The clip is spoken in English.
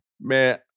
man